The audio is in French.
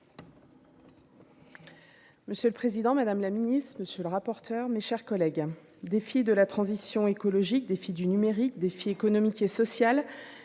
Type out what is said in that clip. Monsieur le président, madame la ministre, monsieur le rapporteur, mes chers collègues, des de la transition écologique défis du numérique défis économiques et sociales